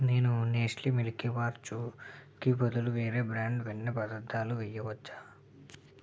నేను Nestle Milkybar చూకి బదులు వేరే బ్రాండ్ వెన్న పదార్థాలు వేయవచ్చా